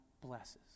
blesses